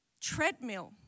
treadmill